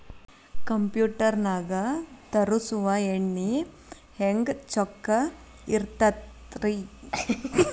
Computer ನಾಗ ತರುಸುವ ಎಣ್ಣಿ ಹೆಂಗ್ ಚೊಕ್ಕ ಇರತ್ತ ರಿ?